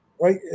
right